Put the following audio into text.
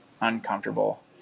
uncomfortable